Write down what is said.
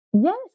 Yes